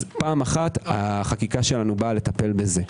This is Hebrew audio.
אז פעם אחת החקיקה שלנו באה לטפל בזה.